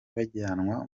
bajyanwa